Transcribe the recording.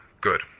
Good